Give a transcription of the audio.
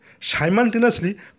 simultaneously